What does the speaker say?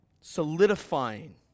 solidifying